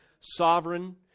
Sovereign